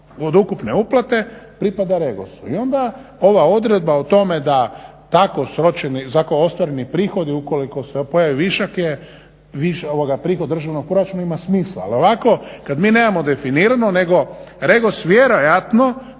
od ukupne uplate pripada REGOS-u. I onda ova odredba o tome da tako ostvareni prihodi ukoliko se pojavi višak je prihod državnog proračuna ima smisla, ali ovako kad mi nemamo definirano nego REGOS vjerojatno